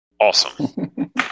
Awesome